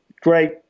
great